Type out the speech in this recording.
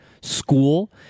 school